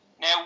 now